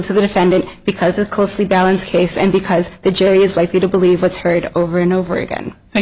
to the defendant because a closely balanced case and because the jury is likely to believe it's heard over and over again